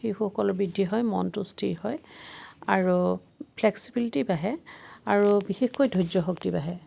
শিশুসকল বৃদ্ধি হয় মনটো স্থিৰ হয় আৰু ফ্লেক্সিবিলিটি বাঢ়ে আৰু বিশেষকৈ ধৈৰ্য্য শক্তি বাঢ়ে